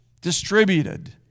distributed